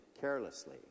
carelessly